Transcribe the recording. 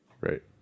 Right